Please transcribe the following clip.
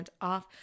off